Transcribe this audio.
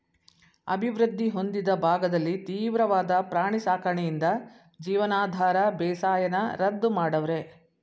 ಅಭಿವೃದ್ಧಿ ಹೊಂದಿದ ಭಾಗದಲ್ಲಿ ತೀವ್ರವಾದ ಪ್ರಾಣಿ ಸಾಕಣೆಯಿಂದ ಜೀವನಾಧಾರ ಬೇಸಾಯನ ರದ್ದು ಮಾಡವ್ರೆ